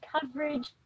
coverage